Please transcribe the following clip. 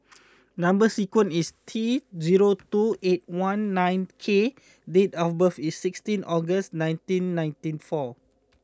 number sequence is T zero two eight one nine K date of birth is sixteen August nineteen ninety four